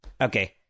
Okay